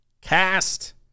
cast